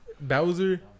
Bowser